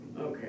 Okay